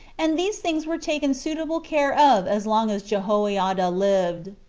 and these things were taken suitable care of as long as jehoiada lived.